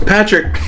Patrick